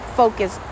focus